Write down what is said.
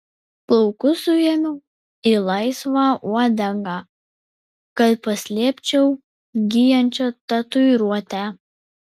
plaukus suėmiau į laisvą uodegą kad paslėpčiau gyjančią tatuiruotę